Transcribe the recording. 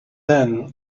then